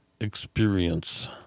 experience